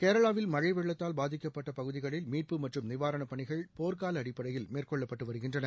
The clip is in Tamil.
கேரளாவில் மழை வெள்ளத்தால் பாதிக்கப்பட்ட பகுதிகளில் மீட்பு மற்றும் நிவாரணப் பணிகள் போர்க்கால அடிப்படையில் மேற்கொள்ளப்பட்டு வருகின்றன